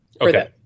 Okay